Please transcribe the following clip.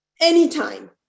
anytime